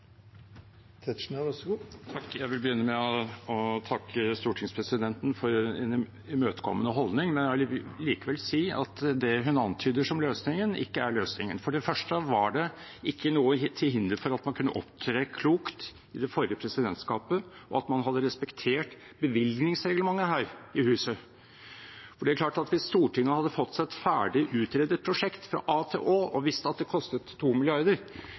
Jeg vil begynne med å takke stortingspresidenten for en imøtekommende holdning, men jeg vil likevel si at det hun antyder som løsningen, ikke er løsningen. For det første var det ikke noe til hinder for at man kunne opptre klokt i det forrige presidentskapet, og at man hadde respektert bevilgningsreglementet her i huset. For det er klart at hvis Stortinget hadde fått et ferdig utredet prosjekt fra a til å, og visste at det kostet